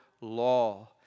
law